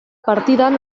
partidan